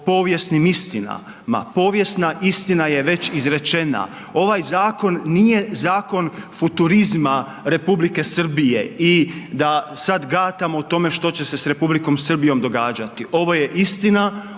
povijesnim istinama. Povijesna istina je već izrečena, ovaj zakon nije zakon futurizma Republike Srbije i da sad gatamo o tome što će se sa Republikom Srbijom događati. Ovo je istina